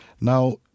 Now